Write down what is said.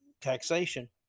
taxation